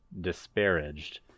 disparaged